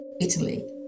Italy